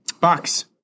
box